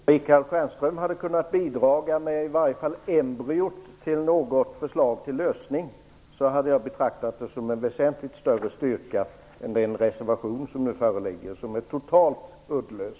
Fru talman! Michael Stjernström hade kunnat bidra med åtminstone embryot till ett förslag till lösning. Det hade jag betraktat som en väsentlig större styrka än den reservation som nu föreligger. Den är totalt uddlös.